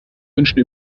wünschen